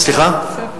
סליחה.